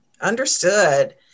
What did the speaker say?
Understood